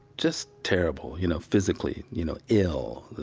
just terrible, you know, physically, you know, ill